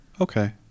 Okay